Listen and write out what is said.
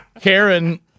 Karen